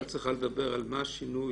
את צריכה להגיד מה השינוי